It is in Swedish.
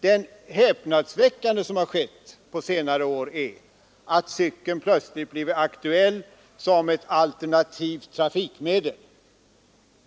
Det häpnadsväckande som har skett på senare år är att cykeln plötsligt blivit aktuell som ett alternativt trafikmedel.